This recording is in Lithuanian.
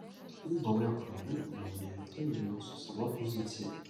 į naują parlamentinę uniją lietuviai vyko su sava pozicija